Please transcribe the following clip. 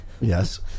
Yes